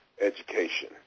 education